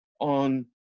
on